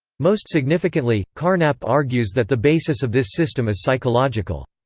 most significantly, carnap argues that the basis of this system is psychological.